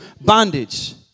bondage